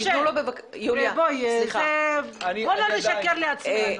משה, בוא לא נשקר לעצמנו.